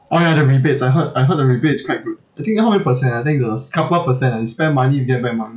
oh ya the rebates I heard I heard the rebates is quite good I think how many percent ah then they'll discount what percent ah you spend money you get back money